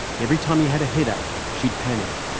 every time he had a headache, she'd panic.